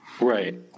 Right